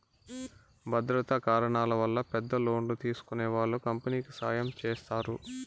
భద్రతా కారణాల వల్ల పెద్ద లోన్లు తీసుకునే వాళ్ళు కంపెనీకి సాయం చేస్తారు